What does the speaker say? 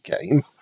game